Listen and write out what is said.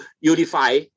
unify